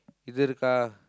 இது இருக்கா:ithu irukkaa